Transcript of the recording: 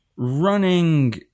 Running